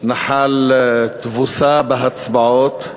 נחל תבוסה בהצבעות,